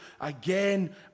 again